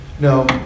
no